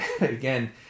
again